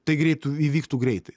tai greitu įvyktų greitai